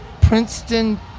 Princeton